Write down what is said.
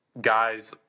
guys